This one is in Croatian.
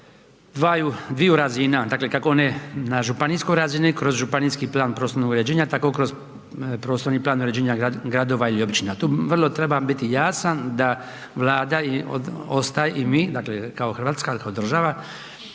dviju razina. Dakle, kako one na županijskoj razini kroz županijski plan prostornog uređenja tako kroz prostorni plan uređenja gradova i općina. Tu vrlo trebam biti jasan da Vlada ostaje i mi kao Hrvatska, kao država